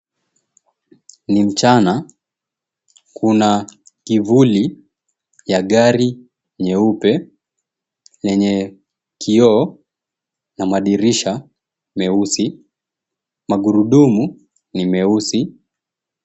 Ni mchana. Kuna kivuli ya gari nyeupe lenye kioo na madirisha meusi. Magurudumu ni meusi.